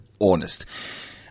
Honest